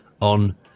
on